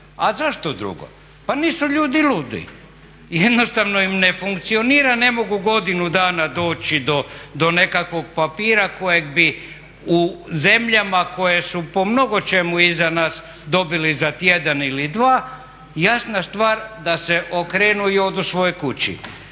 A zašto drugo? Pa nisu ljudi ludi. Jednostavno im ne funkcionira, ne mogu godinu dana doći do nekakvog papira kojeg bi u zemljama koje su po mnogo čemu iza nas dobili za tjedan ili dva, jasna stvar da se okrenu i odu svojoj kući.